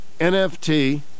NFT